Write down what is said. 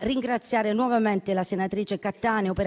ringraziare nuovamente la senatrice Cattaneo, per